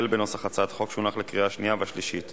נותרנו כמה חברי כנסת שרוצים להמשיך את החקיקה הזאת.